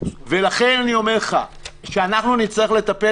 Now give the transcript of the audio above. לכן אני אומר לך שאנחנו נצטרך לטפל